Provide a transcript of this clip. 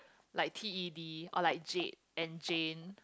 like T E D or like Jade and Jane